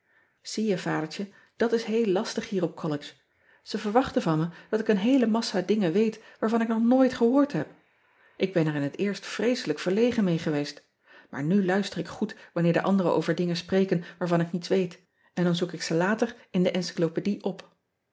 ie je adertje dat is heel lastig hier op ollege e verwachten van me dat ik een heele massa dingen weet waarvan ik nog nooit gehoord heb k ben er in het eerst vreeselijk verlegen mee geweest maar nu luister ik goed wanneer de anderen over dingen spreken waarvan ik niets weet en dan zoek ik ze later in de encyclopaedie op